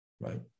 right